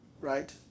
Right